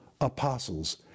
apostles